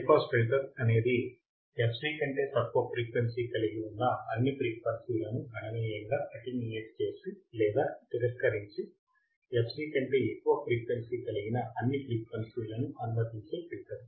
high pass filter అనేది fc కంటే తక్కువ ఫ్రీక్వెన్సీ కలిగిన అన్ని ఫ్రీక్వెన్సీ లను గణనీయంగా అటేన్యుయేట్ చేసి లేదా తిరస్కరించి fc కంటే ఎక్కువ ఫ్రీక్వెన్సీ కలిగిన అన్ని ఫ్రీక్వెన్సీ లను అనుమతించే ఫిల్టర్